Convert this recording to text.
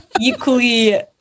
equally